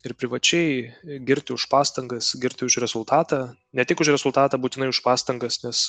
ir privačiai girti už pastangas girti už rezultatą ne tik už rezultatą būtinai už pastangas nes